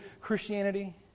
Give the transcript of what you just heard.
Christianity